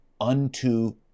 unto